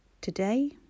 today